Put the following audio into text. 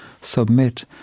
Submit